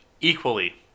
equally